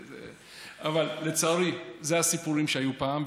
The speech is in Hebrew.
אבל, לצערי, אלה הסיפורים שהיו פעם.